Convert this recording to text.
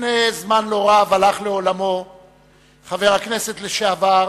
לפני זמן לא רב הלך לעולמו חבר הכנסת לשעבר